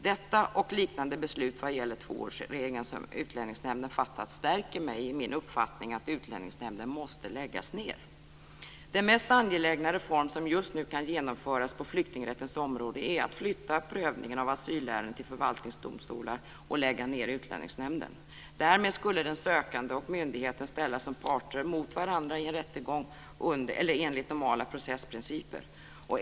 Detta och liknande beslut vad gäller tvåårsregeln som Utlänningsnämnden fattat stärker mig i min uppfattning att Utlänningsnämnden måste läggas ned. Den mest angelägna reform som just nu kan genomföras på flyktingrättens område är att flytta över prövningen av asylärenden till förvaltningsdomstolar och lägga ned Utlänningsnämnden. Därmed skulle den sökande och myndigheten ställas som parter mot varandra i en rättegång enligt normala processprinciper.